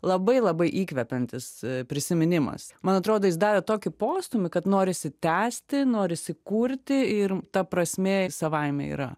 labai labai įkvepiantis prisiminimas man atrodo jis davė tokį postūmį kad norisi tęsti norisi kurti ir ta prasmė ji savaime yra